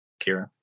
Kira